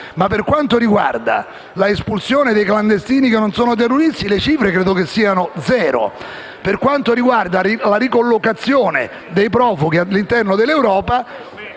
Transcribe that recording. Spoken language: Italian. Ma, per quanto riguarda l'espulsione dei clandestini che non sono terroristi, le cifre credo siano pari a zero. Per quanto riguarda la ricollocazione dei profughi all'interno dell'Europa,